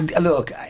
Look